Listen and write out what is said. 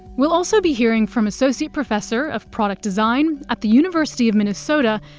we'll also be hearing from associate professor of product design at the university of minnesota,